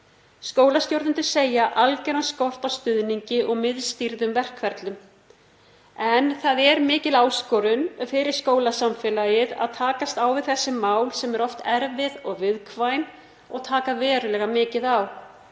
Skólastjórnendur segja algjöran skort á stuðningi og miðstýrðum verkferlum. Það er mikil áskorun fyrir skólasamfélagið að takast á við þessi mál sem eru oft erfið og viðkvæm og taka verulega mikið á.